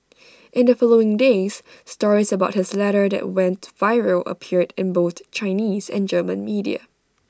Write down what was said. in the following days stories about his letter that went viral appeared in both Chinese and German media